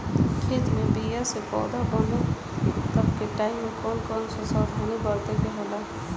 खेत मे बीया से पौधा बने तक के टाइम मे कौन कौन सावधानी बरते के होला?